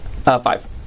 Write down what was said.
Five